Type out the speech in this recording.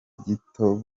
gito